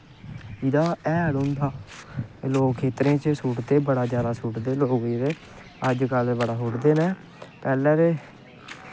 एह्दा हैल होंदा लोग खेत्तरें च सुट्टदे बड़ा जैदा सुटदे अजकल्ल बड़ा जैदा सुटदे न पैह्लैं ते